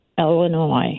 Illinois